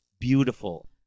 beautiful